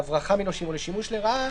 להברחה מנושים או לשימוש לרעה,